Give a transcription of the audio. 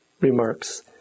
remarks